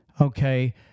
Okay